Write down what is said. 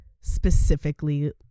specifically